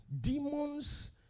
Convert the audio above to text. Demons